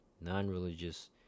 non-religious